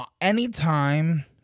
anytime